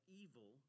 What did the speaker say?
evil